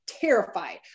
terrified